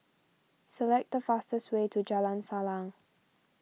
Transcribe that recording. select the fastest way to Jalan Salang